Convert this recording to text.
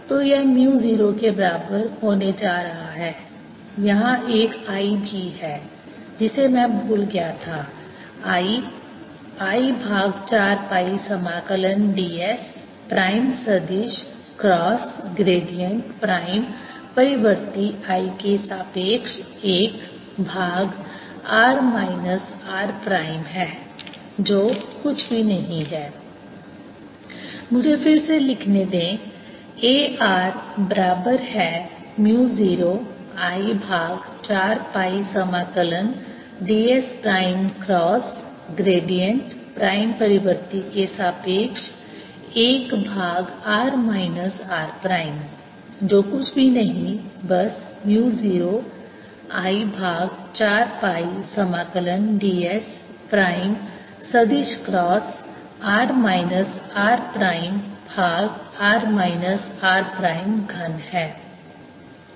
तो यह म्यु 0 के बराबर होने जा रहा है यहां एक I भी है जिसे मैं भूल गया था I I भाग 4 पाई समाकलन ds प्राइम सदिश क्रास ग्रेडिएंट प्राइम परिवर्ती I के सापेक्ष 1 भाग r माइनस r प्राइम है जो कुछ भी नहीं है मुझे इसे फिर से लिखने दें A r बराबर है म्यु 0 I भाग 4 पाई समाकलन ds prime cross gradient prime परिवर्ती के सापेक्ष 1 भाग r माइनस r प्राइम जो कुछ भी नहीं बस म्यु 0 I भाग 4 पाई समाकलन ds प्राइम सदिश cross r minus r prime भाग r माइनस r प्राइम घन है